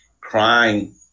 crying